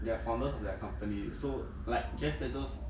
they are founders of their company so like jeff bezos